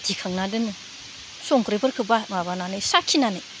दिखांना दोनो संख्रिफोरखौ माबानानै साखिनानै